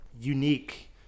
unique